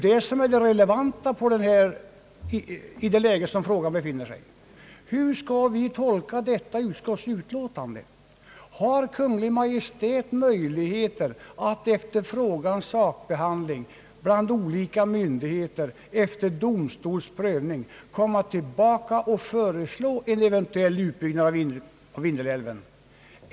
Det relevanta i frågans nuvarande läge är ju hur vi skall tolka detta utskottsutlåtande. Har Kungl. Maj:t möjligheter att efter frågans sakbehandling hos olika myndigheter och efter domstolsprövning komma tillbaka och föreslå en eventuell utbyggnad av Vindelälven?